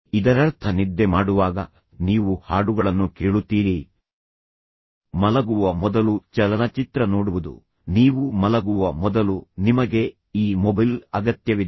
ಇದರರ್ಥ ನಿದ್ದೆ ಮಾಡುವಾಗ ನೀವು ಹಾಡುಗಳನ್ನು ಕೇಳುತ್ತೀರಿ ಮಲಗುವ ಮೊದಲು ಚಲನಚಿತ್ರ ನೋಡುವುದು ನೀವು ಮಲಗುವ ಮೊದಲು ನಿಮಗೆ ಈ ಮೊಬೈಲ್ ಅಗತ್ಯವಿದೆ